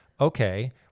Okay